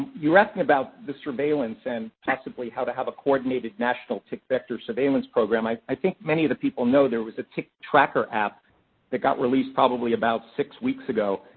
you were asking about the surveillance and possibly how to have a coordinated national tick-vector surveillance program. i i think many of the people know there was a tick-tracker app that got released probably about six weeks ago.